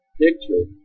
picture